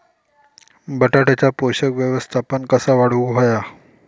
बटाट्याचा पोषक व्यवस्थापन कसा वाढवुक होया?